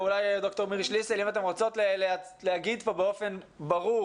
אם אתן רוצות להגיד כאן באופן ברור